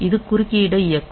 இது குறுக்கீடை இயக்கும்